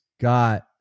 got